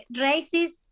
races